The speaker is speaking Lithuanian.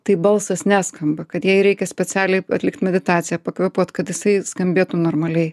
tai balsas neskamba kad jai reikia specialiai atlikt meditaciją pakvėpuot kad jisai skambėtų normaliai